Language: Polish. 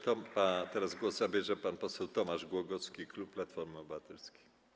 Teraz głos zabierze pan poseł Tomasz Głogowski, klub Platformy Obywatelskiej.